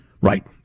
right